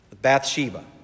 Bathsheba